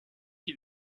qui